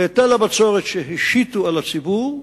בהיטל הבצורת שהשיתו על הציבור,